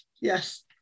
yes